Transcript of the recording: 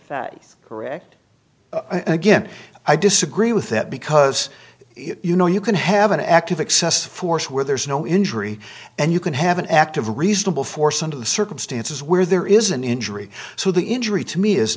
their correct again i disagree with that because you know you can have an act of excessive force where there is no injury and you can have an act of reasonable force under the circumstances where there is an injury so the injury to me is